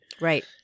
Right